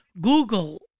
Google